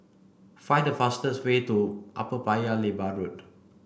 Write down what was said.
find the fastest way to Upper Paya Lebar Road